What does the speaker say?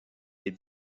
est